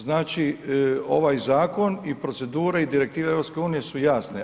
Znači, ovaj zakon i procedure i direktive EU su jasne.